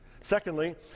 Secondly